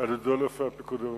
על-ידי אלוף הפיקוד המרחבי.